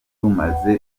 bumaze